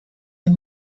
wir